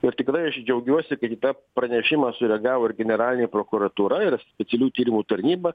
ir tikrai aš džiaugiuosi kad į tą pranešimą sureagavo ir generalinė prokuratūra ir specialiųjų tyrimų tarnyba